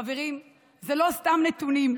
חברים, אלה לא סתם נתונים.